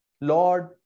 Lord